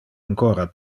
ancora